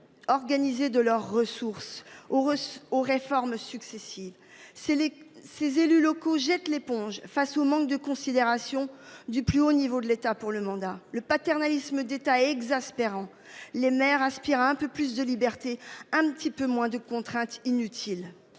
Organisé de leurs ressources or aux réformes successives. C'est les ces élus locaux jette l'éponge face au manque de considération du plus haut niveau de l'État pour le mandat le paternalisme d'État exaspérant les maires aspirent à un peu plus de liberté, un petit peu moins de contraintes inutiles